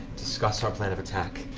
discuss our plan of attack,